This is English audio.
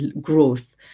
growth